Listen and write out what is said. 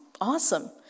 awesome